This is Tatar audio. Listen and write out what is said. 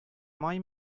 май